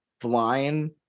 flying